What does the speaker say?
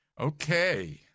okay